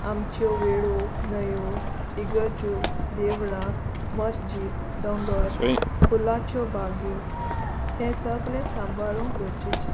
आमच्यो वेळो न्हंयो इगर्ज्यो देवळां मस्जिद दोंगोर फुलांच्यो बागो हें सगळें सांबाळूंक गरजेचें